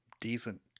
decent